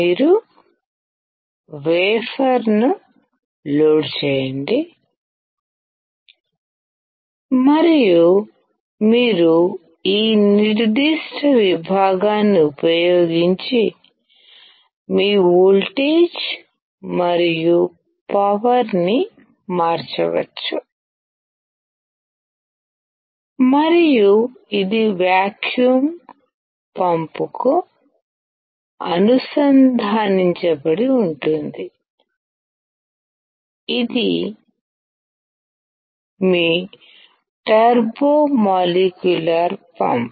మీరు వేఫర్ను లోడ్ చేయండి మరియు మీరు ఈ నిర్దిష్ట విభాగాన్ని ఉపయోగించి మీ వోల్టేజ్ మరియు పవర్ ని మార్చవచ్చు మరియు ఇది వాక్యూమ్ పంప్కు అనుసంధానించబడి ఉంటుంది ఇది మీ టర్బో మాలిక్యులర్ పంప్